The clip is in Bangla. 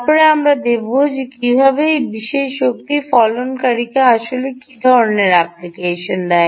তারপরে আমরা দেখব এই কীভাবে এই বিশেষ শক্তি ফলনকারীকে আসলে কী ধরণের অ্যাপ্লিকেশন দেয়